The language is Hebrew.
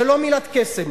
זה לא מילת קסם.